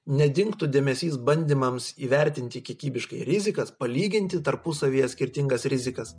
nedingtų dėmesys bandymams įvertinti kiekybiškai rizikas palyginti tarpusavyje skirtingas rizikas